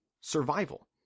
Survival